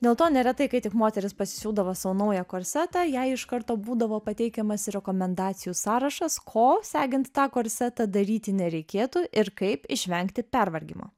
dėl to neretai kai tik moterys pasisiūdavo savo naują korsetą jai iš karto būdavo pateikiamas rekomendacijų sąrašas ko segint tą korsetą daryti nereikėtų ir kaip išvengti pervargimo